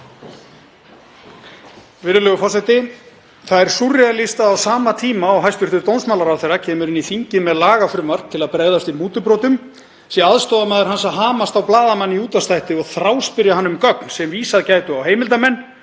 Virðulegur forseti. Það er súrrealískt að á sama tíma og hæstv. dómsmálaráðherra kemur inn í þingið með lagafrumvarp til að bregðast við mútubrotum sé aðstoðarmaður hans að hamast á blaðamanni í útvarpsþætti og þráspyrja hann um gögn sem vísað gætu á heimildarmenn,